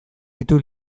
ditu